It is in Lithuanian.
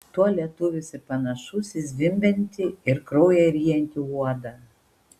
tuo lietuvis ir panašus į zvimbiantį ir kraują ryjantį uodą